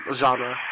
genre